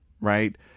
Right